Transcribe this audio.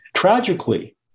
Tragically